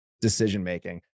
decision-making